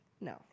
No